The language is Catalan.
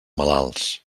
malalts